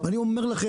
ואני אומר,